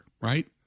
Right